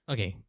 Okay